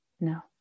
No